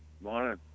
Morning